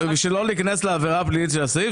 כדי לא להיכנס לעבירה פלילית של הסעיף,